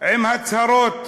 עם הצהרות